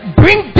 bring